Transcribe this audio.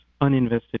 uninvested